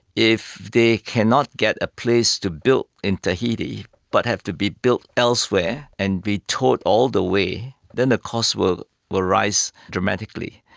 if they cannot get a place to build in tahiti but have to be built elsewhere and be towed all the way, then the cost will will rise dramatically.